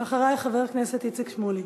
הצעות לסדר-היום מס'